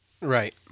Right